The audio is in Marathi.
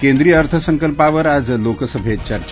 केंद्रीय अर्थसंकल्पावर आज लोकसभसीचर्चा